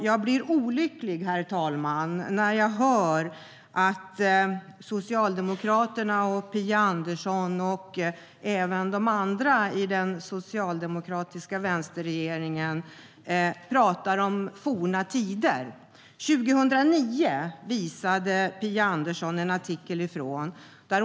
Jag blir olycklig, herr talman, när jag hör att Socialdemokraterna och Phia Andersson och även de andra i den socialdemokratiska vänsterregeringen pratar om forna tider. Phia Andersson visade en artikel från 2009.